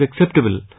acceptable